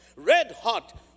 red-hot